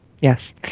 Yes